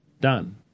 done